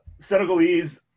Senegalese